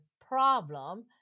problem